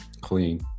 clean